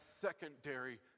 secondary